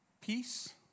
peace